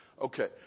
Okay